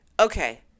Okay